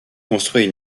construit